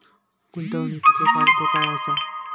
गुंतवणीचो फायदो काय असा?